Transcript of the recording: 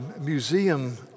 museum